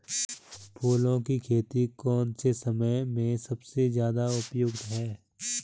फूलों की खेती कौन से समय में सबसे ज़्यादा उपयुक्त है?